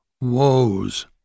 woes